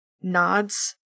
nods